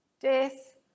death